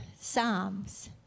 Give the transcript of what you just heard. Psalms